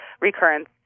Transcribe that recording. recurrence